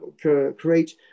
create